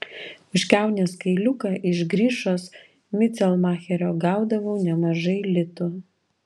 už kiaunės kailiuką iš grišos micelmacherio gaudavau nemažai litų